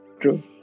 true